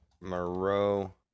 Moreau